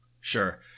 Sure